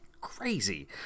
crazy